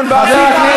לא.